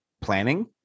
planning